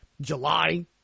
July